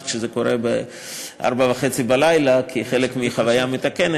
דווקא החוק, כפי שכבר אמרתי, חבל שלא הקשבת,